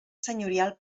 senyorial